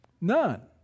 None